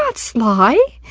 ah sly.